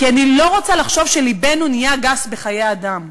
כי אני לא רוצה לחשוב שלבנו נהיה גס בחיי אדם,